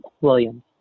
Williams